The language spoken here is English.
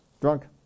Drunk